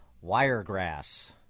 Wiregrass